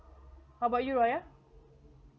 how about you raya